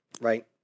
right